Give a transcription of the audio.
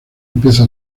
empieza